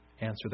answer